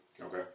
Okay